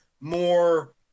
more